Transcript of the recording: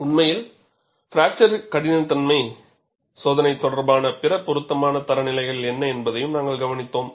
உண்மையில் பிராக்சர் கடினத்தன்மை சோதனை தொடர்பான பிற பொருத்தமான தர நிலைகள் என்ன என்பதையும் நாங்கள் கவனித்தோம்